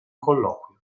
colloquio